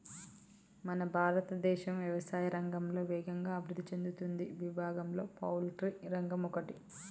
మన భారతదేశం యవసాయా రంగంలో వేగంగా అభివృద్ధి సేందుతున్న విభాగంలో పౌల్ట్రి రంగం ఒకటి